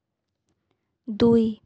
দুই